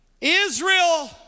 Israel